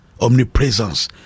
Omnipresence